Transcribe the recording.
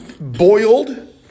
boiled